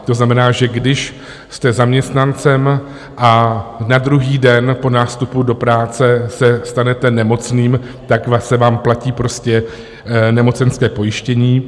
To znamená, že když jste zaměstnancem a na druhý den po nástupu do práce se stanete nemocným, tak se vám platí nemocenské pojištění.